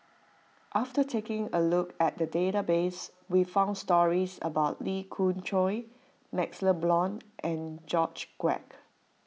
after taking a look at the database we found stories about Lee Khoon Choy MaxLe Blond and George Quek